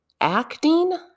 Acting